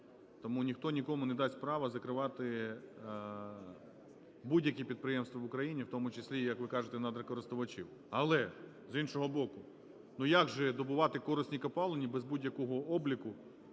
тому ніхто нікому не дасть права закривати будь-які підприємства в Україні, в тому числі, як ви кажете, надрокористувачів. Але, з іншого боку, як же добувати корисні копалини без будь-якого обліку